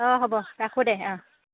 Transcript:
অঁ হ'ব ৰাখোঁ দে অঁ